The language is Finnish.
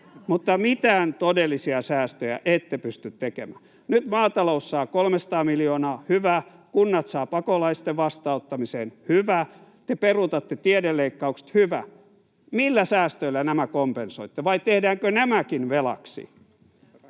Mutta mitään todellisia säästöjä ette pysty tekemään. Nyt maatalous saa 300 miljoonaa — hyvä. Kunnat saavat pakolaisten vastaanottamiseen — hyvä. Te peruutatte tiedeleikkaukset — hyvä. Millä säästöillä nämä kompensoitte, vai tehdäänkö nämäkin velaksi?